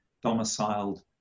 domiciled